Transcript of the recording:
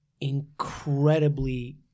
incredibly